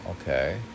Okay